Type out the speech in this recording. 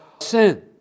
sin